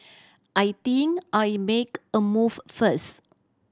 I think I'll make a move first